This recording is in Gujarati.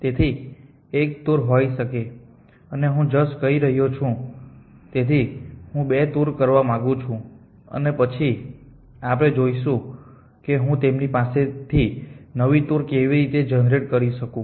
તેથી તે એક ટૂર હોઈ શકે છે અને હું JAS કરી રહ્યો છું તેથી હું બે ટૂર કરવા માંગુ છું અને પછી આપણે જોઈશું કે હું તેમની પાસેથી નવી ટૂર કેવી રીતે જનરેટ કરી શકું